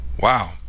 Wow